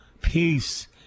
peace